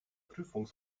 prüfung